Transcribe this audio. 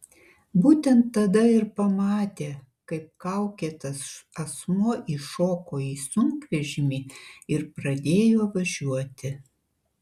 būtent tada ir pamatė kaip kaukėtas asmuo įšoko į sunkvežimį ir pradėjo važiuoti